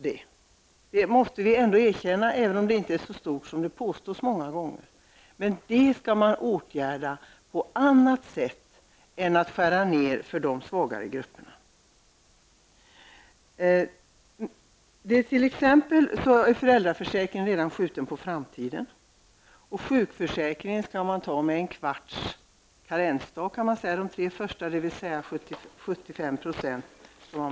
Det måste vi ändå erkänna, även om det inte är så stort som det många gånger påstås. Det skall man dock åtgärda på annat sätt än genom nedskärningar för de svagare grupperna. Föräldraförsäkringen har t.ex. redan skjutits på framtiden. I sjukförsäkringen skall man införa en kvarts karensdag kan man säga och minska ersättningen till 75 %.